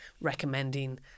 recommending